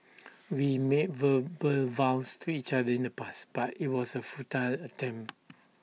we made verbal vows to each other in the past but IT was A futile attempt